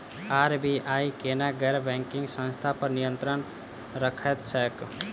RBI केना गैर banking संस्था पर नियत्रंण राखैत छैक?